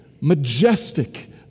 Majestic